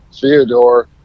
Theodore